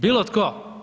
Bilo tko?